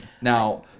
Now